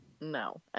No